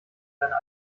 seiner